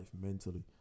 mentally